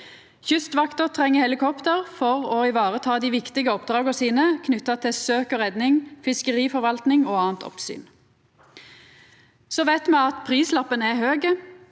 Kystvakta treng helikopter for å vareta dei viktige oppdraga sine knytte til søk og redning, fiskeriforvaltning og anna oppsyn. Så veit me at prislappen er høg,